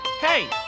Hey